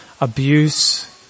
abuse